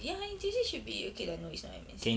ya N_T_U_C should be okay lah no it's not M_N_C